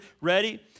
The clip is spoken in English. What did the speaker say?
Ready